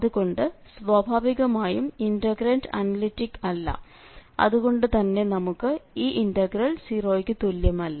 അതുകൊണ്ട് സ്വാഭാവികമായും integrand analytic അല്ല അതുകൊണ്ട് തന്നെ നമുക്ക് ഇവിടെ ഈ ഇന്റഗ്രൽ 0 ക്ക് തുല്യമല്ല